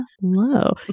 Hello